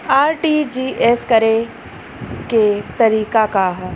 RTGS करे के तरीका का हैं?